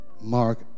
Mark